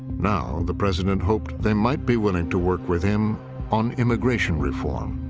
now the president hoped they might be willing to work with him on immigration reform.